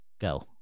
go